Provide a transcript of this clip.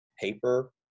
paper